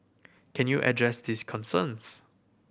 can you address these concerns